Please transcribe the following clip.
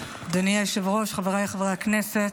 אדוני היושב-ראש, חבריי חברי הכנסת,